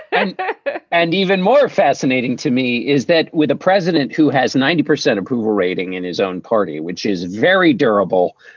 and and even more fascinating to me is that with a president who has ninety percent approval rating in his own party, which is very durable,